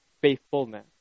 faithfulness